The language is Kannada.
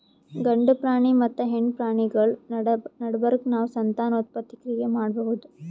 ಗಂಡ ಪ್ರಾಣಿ ಮತ್ತ್ ಹೆಣ್ಣ್ ಪ್ರಾಣಿಗಳ್ ನಡಬರ್ಕ್ ನಾವ್ ಸಂತಾನೋತ್ಪತ್ತಿ ಕ್ರಿಯೆ ಮಾಡಬಹುದ್